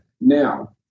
Now